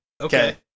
Okay